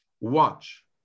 watch